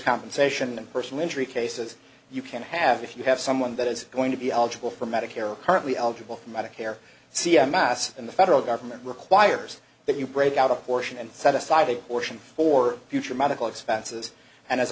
compensation and personal injury cases you can have if you have someone that is going to be eligible for medicare or currently eligible for medicare c m s and the federal government requires that you break out a portion and set aside a portion for future medical expenses and as